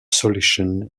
solution